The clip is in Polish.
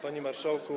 Panie Marszałku!